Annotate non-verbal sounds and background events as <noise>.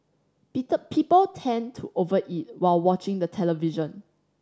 <unintelligible> people tend to over eat while watching the television